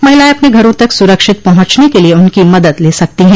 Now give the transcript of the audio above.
महिलाएं अपने घरों तक सुरक्षित पहुंचने के लिए उनकी मदद ले सकती हैं